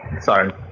Sorry